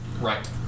Right